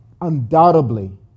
undoubtedly